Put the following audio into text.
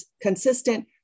consistent